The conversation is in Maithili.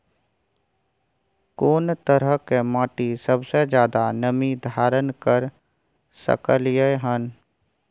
कोन तरह के माटी सबसे ज्यादा नमी धारण कर सकलय हन?